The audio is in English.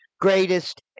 greatest